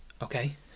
Okay